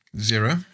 Zero